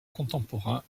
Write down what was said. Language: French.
contemporain